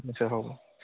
ঠিক আছে হ'ব